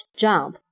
jump